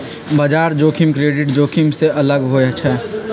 बजार जोखिम क्रेडिट जोखिम से अलग होइ छइ